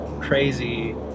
crazy